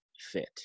fit